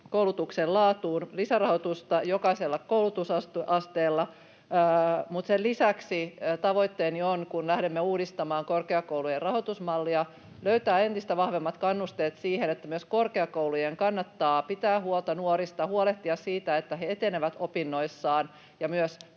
koulutuksen laatuun, lisärahoitusta jokaiselle koulutusasteelle, mutta sen lisäksi tavoitteeni on, kun lähdemme uudistamaan korkeakoulujen rahoitusmallia, löytää entistä vahvemmat kannusteet siihen, että myös korkeakoulujen kannattaa pitää huolta nuorista, huolehtia siitä, että he etenevät opinnoissaan ja myös